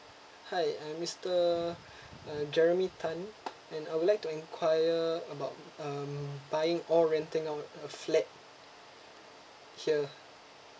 hi I'm mister uh jeremy tan and I would like to enquire about um buying or renting out a flat here